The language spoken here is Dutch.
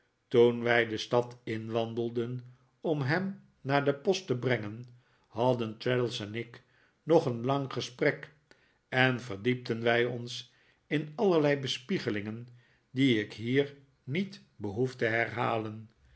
toen wij de stad inwandelden om hem naar de post te brengen hadden traddles en ik nog een lang gesprek en verdiepten wij ons in allerlei bespiegelingen die ik hier niet behoef te herhalen